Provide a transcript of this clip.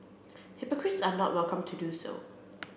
hypocrites are not welcome to do so